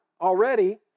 Already